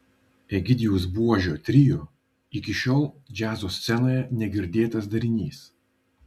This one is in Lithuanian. egidijaus buožio trio iki šiol džiazo scenoje negirdėtas darinys